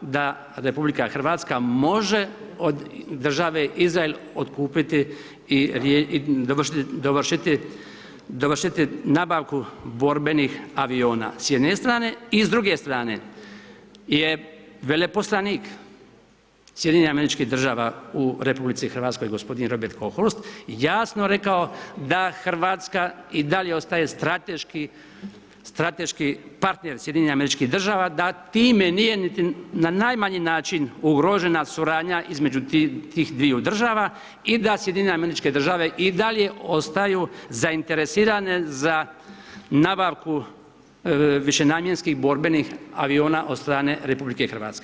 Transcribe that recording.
da RH može od draže Izrael otkupiti i dovršiti borbenih aviona s jedne strane i s druge strane je veleposlanik SAD-a u RH g. Robert Kohorst, jasno rekao da Hrvatska i dalje ostaje strateški partner SAD-a, da time nije niti na najmanji način ugrožena suradnja između tih sviju država i SAD i dalje ostaju zainteresirane za nabavku višenamjenskih borbenih aviona od strane RH.